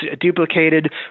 duplicated